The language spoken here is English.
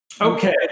Okay